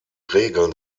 regeln